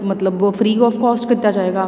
ਮਤਲਬ ਉਹ free of cost ਕੀਤਾ ਜਾਏਗਾ